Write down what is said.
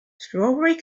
strawberry